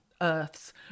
earth's